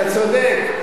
אתה צודק.